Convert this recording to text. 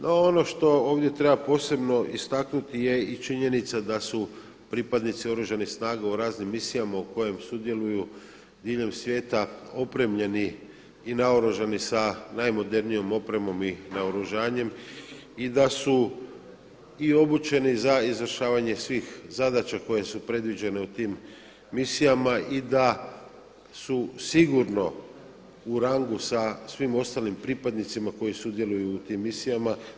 No ono što ovdje treba posebno istaknuti je i činjenica da su pripadnici Oružanih snaga u raznim misijama u kojima sudjeluju diljem svijeta opremljeni i naoružani sa najmodernijom opremom i naoružanjem i da su i obučeni za izvršavanje svih zadaća koje su predviđene u tim misijama i da su sigurno u rangu sa svim ostalim pripadnicima koji sudjeluju u tim misijama.